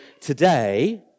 today